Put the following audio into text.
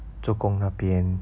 做工那边